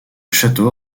château